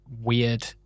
weird